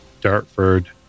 Dartford